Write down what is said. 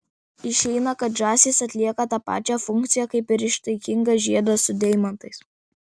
išeina kad žąsys atlieka tą pačią funkciją kaip ir ištaigingas žiedas su deimantais